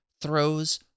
throws